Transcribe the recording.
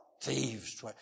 Thieves